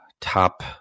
top